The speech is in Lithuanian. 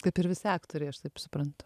kaip ir visi aktoriai aš taip suprantu